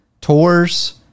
Tours